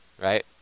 Right